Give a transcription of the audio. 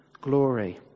glory